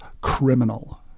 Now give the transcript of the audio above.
criminal